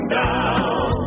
down